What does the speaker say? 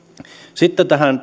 sitten tähän